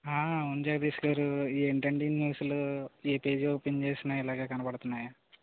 ఆ అవును జగదీష్ గారు ఏంటి అండి న్యూస్లో ఏ పేజీ ఓపెన్ చేసినా ఇలాగే కనబడుతున్నాయి